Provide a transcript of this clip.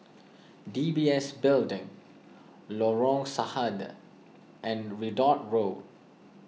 D B S Building Lorong Sahad and Ridout Road